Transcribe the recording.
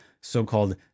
so-called